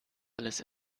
alles